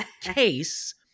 case